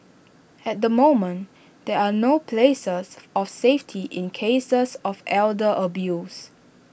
at the moment there are no places of safety in cases of elder abuse